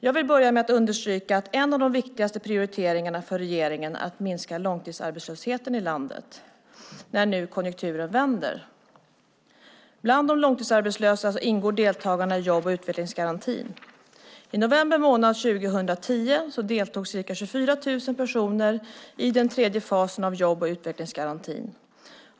Jag vill börja med att understryka att en av de viktigaste prioriteringarna för regeringen framöver är att minska långtidsarbetslösheten i landet när nu konjunkturen vänder. Bland de långtidsarbetslösa ingår deltagarna i jobb och utvecklingsgarantin. I november månad 2010 deltog ca 24 000 personer i den tredje fasen av jobb och utvecklingsgarantin.